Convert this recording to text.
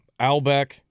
Albeck